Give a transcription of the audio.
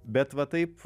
bet va taip